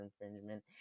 infringement